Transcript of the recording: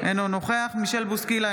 אינו נוכח מישל בוסקילה,